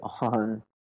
on